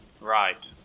Right